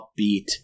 upbeat